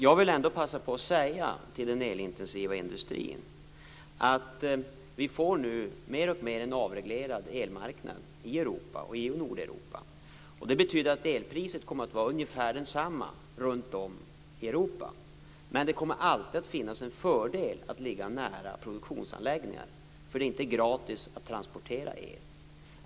Jag vill ändå passa på att säga till den elintensiva industrin att vi nu mer och mer får en avreglerad elmarknad i Europa, och i Nordeuropa, och det betyder att elpriset kommer att vara ungefär detsamma runt om i Europa. Men det kommer alltid att vara en fördel att ligga nära produktionsanläggningar, därför att det är inte gratis att transportera el.